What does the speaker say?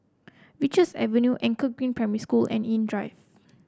Richards Avenue Anchor Green Primary School and Nim Drive